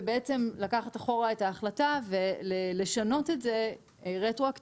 ובעצם לקחת אחורה את ההחלטה ולשנות את זה רטרואקטיבית